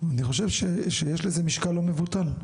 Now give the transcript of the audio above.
אני חושב שיש לזה משקל לא מבוטל.